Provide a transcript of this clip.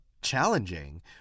challenging